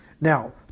Now